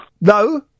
No